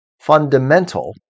fundamental